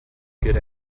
good